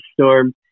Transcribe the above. storm